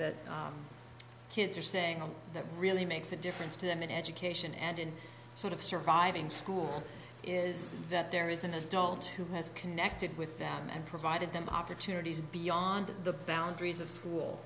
that kids are saying and that really makes a difference to them in education and in sort of surviving school is that there is an adult who has connected with them and provided them opportunities beyond the boundaries of school